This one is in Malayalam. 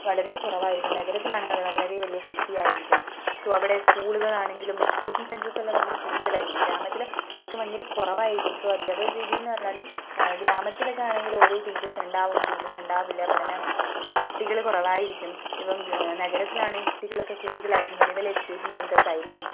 വളരെ കുറവായിരുന്നു നഗരത്തിലാണെങ്കിൽ അത് വളരെ വലിയ സിറ്റി ആയിരിക്കും സോ അവിടെ സ്കൂളുകളാണെങ്കിലും എഡ്യൂക്കേഷൻ സെൻറർസ് എല്ലാം ഭയങ്കര കൂടുതലായിരിക്കും ഗ്രാമത്തിലും അതൊക്കെ ഭയങ്കര കുറവായിരിക്കും സോ അധ്യാപന രീതി എന്ന് പറഞ്ഞാൽ ഗ്രാമത്തിലൊക്കെ ആണെങ്കിൽ ഓരോ ടീച്ചേർസ് ഉണ്ടാകും ടീച്ചേർസ് ഉണ്ടാവില്ല പഠനം കുട്ടികൾ കുറവായിരിക്കും ഇപ്പം നഗരത്തിലാണെങ്കിൽ കുട്ടികളൊക്കെ കൂടുതലായിരിക്കും വലിയ വലിയ എഡ്യൂക്കേഷൻ സെൻറർസ് ആയിരിക്കും